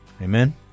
Amen